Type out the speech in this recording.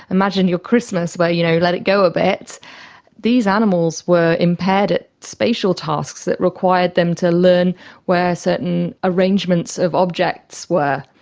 imagine your christmas where you know let it go a bit, these animals were impaired at spatial tasks that required them to learn where certain arrangements of objects were.